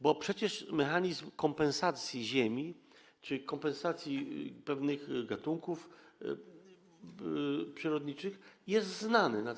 Bo przecież mechanizm kompensacji ziemi, czyli kompensacji pewnych gatunków przyrodniczych, jest znany na całym świecie.